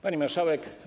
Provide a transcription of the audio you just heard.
Pani Marszałek!